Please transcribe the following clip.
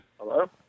Hello